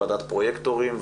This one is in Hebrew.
ועדת פרויקטורים,